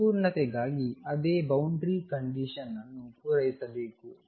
ಸಂಪೂರ್ಣತೆಗಾಗಿ ಅದೇ ಬೌಂಡರಿ ಕಂಡೀಶನ್ಅನ್ನು ಪೂರೈಸಬೇಕು